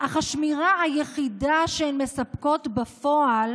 אך השמירה היחידה שהן מספקות בפועל